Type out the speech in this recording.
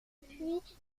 puis